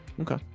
Okay